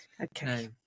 okay